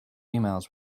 emails